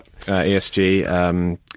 ESG